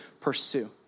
pursue